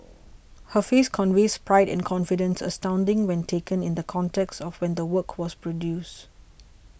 her face conveys pride and confidence astounding when taken in the context of when the work was produced